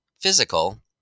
physical